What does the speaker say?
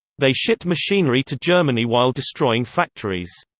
they shipped machinery to germany while destroying factories.